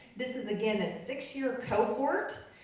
this is again a six-year cohort,